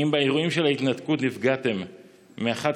אם באירועים של ההתנתקות נפגעתם מאחת